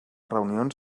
reunions